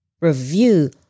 review